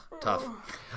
tough